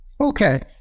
Okay